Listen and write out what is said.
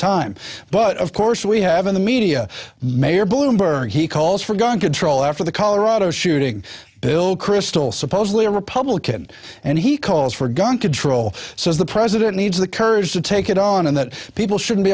time but of course we have in the media mayor bloomberg he calls for gun control after the colorado shooting bill kristol supposedly a republican and he calls for gun control says the president needs the courage to take it on and that people should